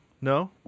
No